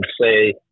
say